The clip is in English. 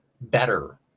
better